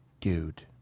Dude